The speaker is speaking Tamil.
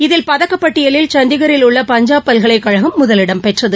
இதில் பதக்கப்பட்டியலில் சண்டிகரிலுள்ள பஞ்சாப் பல்கலைக்கழகம் முதலிடம் பெற்றது